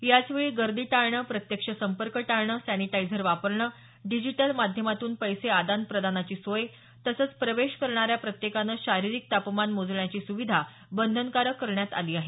याचवेळी गर्दी टाळणं प्रत्यक्ष संपर्क टाळणं सॅनिटायझर वापर करणं डिजिटल माध्यमातून पैसे आदान प्रदानाची सोय तसंच प्रवेश करणाऱ्या प्रत्येकाचं शारिरीक तापमान मोजण्याची सुविधा बंधनकारक करण्यात आली आहे